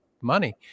money